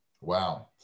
wow